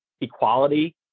equality